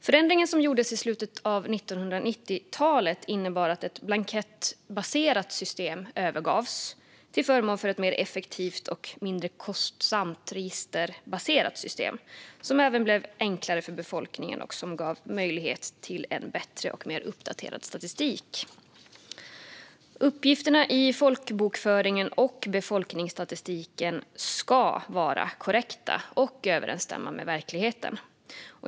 Förändringen som gjordes i slutet av 1990-talet innebar att ett blankettbaserat system övergavs till förmån för ett mer effektivt och mindre kostsamt registerbaserat system som även blev enklare för befolkningen och gav möjlighet till en bättre och mer uppdaterad statistik. Uppgifterna i folkbokföringen och befolkningsstatistiken ska vara korrekta och överensstämma med verkligheten.